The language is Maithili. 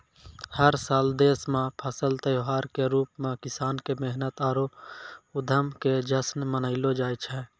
हर साल देश मॅ फसल त्योहार के रूप मॅ किसान के मेहनत आरो उद्यम के जश्न मनैलो जाय छै